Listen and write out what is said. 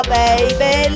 baby